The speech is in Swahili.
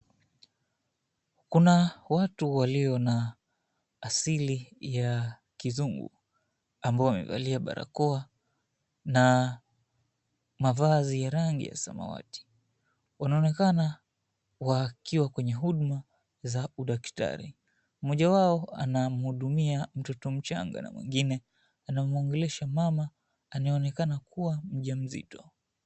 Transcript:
Kuna watu walio na asili ya kizungu ambao wamevalia barakoa na mavazi ya rangi ya samati. Wanaonekana wakiwa kwenye huduma za udaktari. Mmoja wao anamuhudumia mtoto mchanga na mwingine anamuongelesha mama anayeonekana kuwa mjamzito.